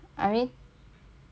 you know that's why so like